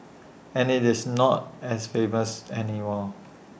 and IT is not as famous anymore